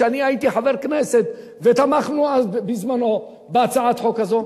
ואני הייתי חבר כנסת ותמכנו בזמנו בהצעת חוק הזאת,